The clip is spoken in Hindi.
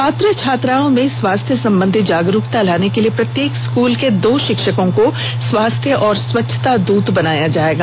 छात्र छात्राओं में स्वास्थ्य संबंधी जागरूकता लाने के लिए प्रत्येक स्कूल के दो शिक्षकों को स्वास्थ्य और स्वच्छता दूत बनाया जायेगा